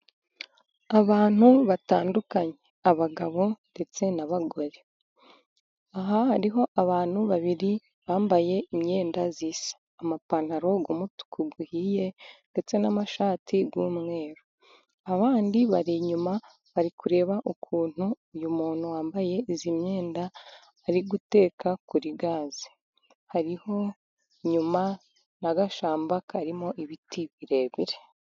Abantu batandukanye abagabo ndetse n'abagore, aha hariho abantu babiri bambaye imyenda amapantaro y'umutuku uhiye ndetse n'amashati y'umweru. Abandi bari inyuma bari kureba ukuntu uyu muntu wambaye iyi myenda ari guteka kuri gaze, hariho inyuma n'agashamba karimo ibiti birebire.